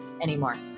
anymore